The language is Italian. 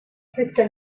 stessa